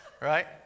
right